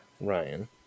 Ryan